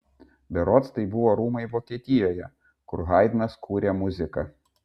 berods tai buvo rūmai vokietijoje kur haidnas kūrė muziką